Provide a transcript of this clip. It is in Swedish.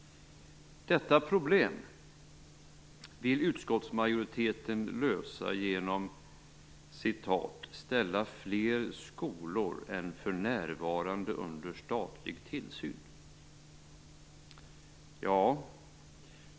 Detta problem vill utskottsmajoriteten lösa genom att "ställa fler skolor än för närvarande under statlig tillsyn".